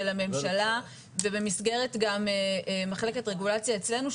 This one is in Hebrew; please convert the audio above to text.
הממשלה ובמסגרת גם מחלקת רגולציה אצלנו,